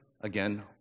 again